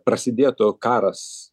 prasidėtų karas